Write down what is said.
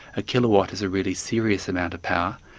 a kilowatt is a really serious amount of power,